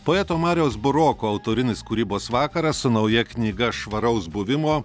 poeto mariaus buroko autorinis kūrybos vakaras su nauja knyga švaraus buvimo